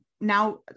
now